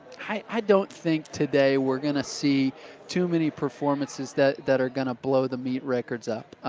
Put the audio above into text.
i don't think today we're going to see too many performances that that are going to blow the meet records up.